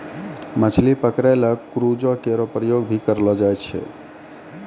मछली पकरै ल क्रूजो केरो प्रयोग भी करलो जाय छै